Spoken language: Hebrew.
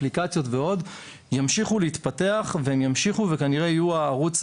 אפליקציות ועוד ימשיכו להתפתח וכנראה יהיו הערוץ